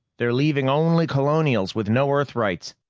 they're leaving only colonials with no earth rights.